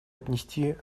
отнести